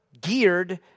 geared